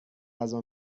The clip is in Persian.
غذا